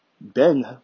Ben